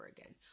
again